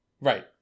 right